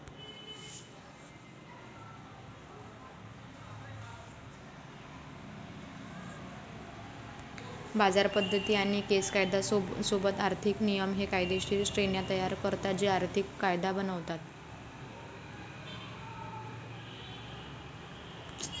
बाजार पद्धती आणि केस कायदा सोबत आर्थिक नियमन हे कायदेशीर श्रेण्या तयार करतात जे आर्थिक कायदा बनवतात